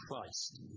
Christ